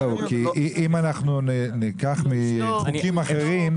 אם אנחנו ניקח מחוקים אחרים,